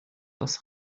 das